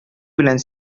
белән